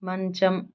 మంచం